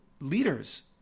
leaders